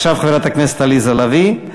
חברת הכנסת עליזה לביא.